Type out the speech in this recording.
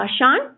Sean